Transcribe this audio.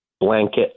blanket